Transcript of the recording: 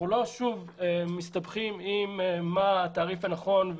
ולא מסתבכים שוב בשאלה מהו התעריף הנכון,